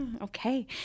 Okay